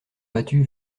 battu